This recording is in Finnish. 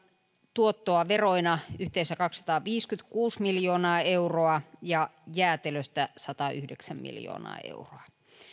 tuottoa veroina yhteensä kaksisataaviisikymmentäkuusi miljoonaa euroa ja jäätelöstä satayhdeksän miljoonaa euroa